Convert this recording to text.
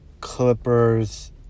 Clippers